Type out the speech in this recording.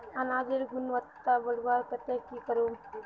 अनाजेर गुणवत्ता बढ़वार केते की करूम?